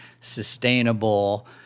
sustainable